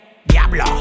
Diablo